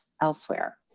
elsewhere